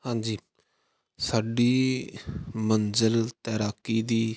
ਹਾਂਜੀ ਸਾਡੀ ਮੰਜ਼ਿਲ ਤੈਰਾਕੀ ਦੀ